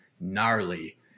gnarly